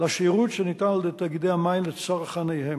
לשירות שניתן על-ידי תאגידי המים לצרכניהם.